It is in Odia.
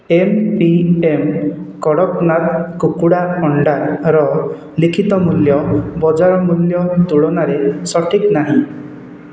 ଏମ୍ ପି ଏମ୍ କଡ଼କନାଥ କୁକୁଡ଼ା ଅଣ୍ଡାର ଲିଖିତ ମୂଲ୍ୟ ବଜାର ମୂଲ୍ୟ ତୁଳନାରେ ସଠିକ୍ ନାହିଁ